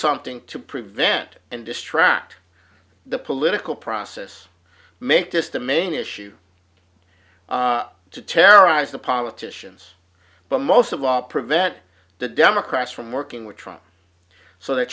something to prevent and distract the political process make this the main issue to terrorize the politicians but most of all prevent the democrats from working with trying so th